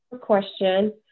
question